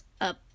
Up